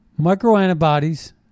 microantibodies